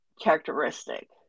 characteristic